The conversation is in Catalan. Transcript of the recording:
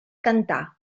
cantar